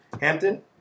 Hampton